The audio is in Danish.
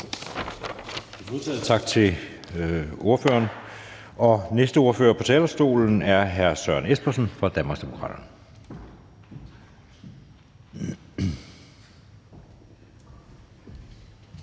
Tak til ordføreren. Næste ordfører på talerstolen er hr. Søren Espersen for Danmarksdemokraterne.